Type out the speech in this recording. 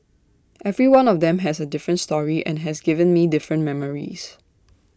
every one of them has A different story and has given me different memories